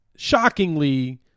Shockingly